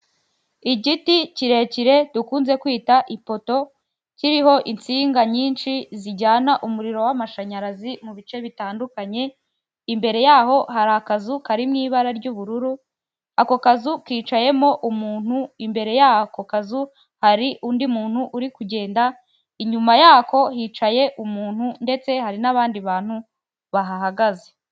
Igiti kirekire dukunze kwita ipoto kiriho insinga nyinshi zijyana umuriro w'amashanyarazi mu bice bitandukanye, imbere yaho hari akazu kari mu ibara ry'ubururu, ako kazu kicayemo umuntu, imbere y'ako kazu hari undi muntu uri kugenda, inyuma yako hicaye umuntu ndetse hari n'abandi bantu bahahagaze.